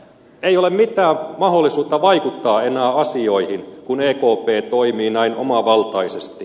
ei ole mitään mahdollisuutta vaikuttaa enää asioihin kun ekp toimii näin omavaltaisesti